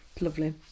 Lovely